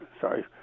Sorry